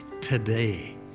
today